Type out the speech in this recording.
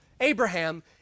Abraham